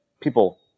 people